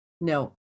No